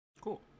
cool